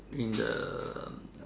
in the